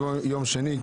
היום יום שני,